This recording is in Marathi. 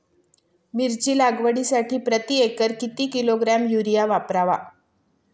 मिरची लागवडीसाठी प्रति एकर किती किलोग्रॅम युरिया वापरावा?